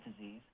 disease